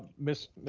ms.